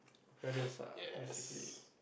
parents ah basically